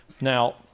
Now